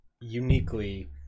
uniquely